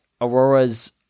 aurora's